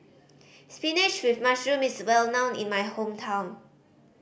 spinach with mushroom is well known in my hometown